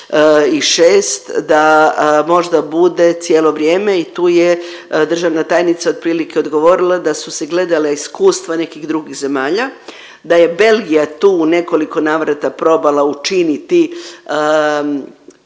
i 6 da možda bude cijelo vrijeme i tu je državna tajnica otprilike odgovorila da su se gledala iskustva nekih drugih zemalja, da je Belgija tu u nekoliko navrata probala učiniti